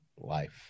life